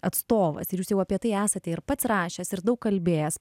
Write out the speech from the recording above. atstovas ir jūs jau apie tai esate ir pats rašęs ir daug kalbėjęs